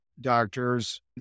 doctors